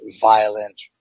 violent